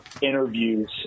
interviews